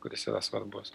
kuris yra svarbus